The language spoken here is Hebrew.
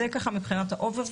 זו הייתה סקירה כללית,